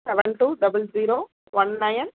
seven two double zero one nine